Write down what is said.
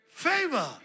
favor